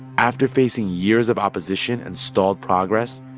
after facing years of opposition and stalled progress,